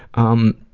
um,